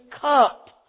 cup